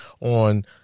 on